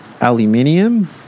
aluminium